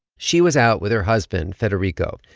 she was out with her husband federico.